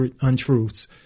untruths